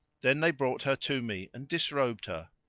then they brought her to me and disrobed her.